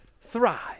Thrive